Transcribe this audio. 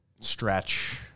stretch